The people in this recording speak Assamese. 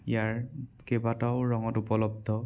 ইয়াৰ কেইবাটাও ৰঙত উপলব্ধ